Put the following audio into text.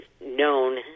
known